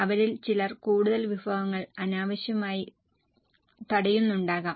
അവരിൽ ചിലർ കൂടുതൽ വിഭവങ്ങൾ അനാവശ്യമായി തടയുന്നുണ്ടാകാം